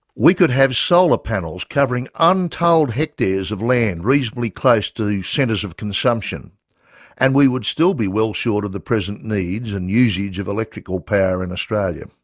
we could have solar panels covering untold hectares of land reasonably close to centres of consumption and we would still be well short of the present needs and usage of electric ah power in australia.